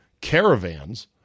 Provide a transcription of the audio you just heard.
caravans